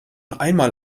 einmal